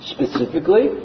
Specifically